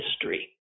history